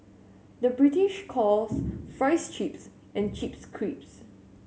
the British calls fries chips and chips crisps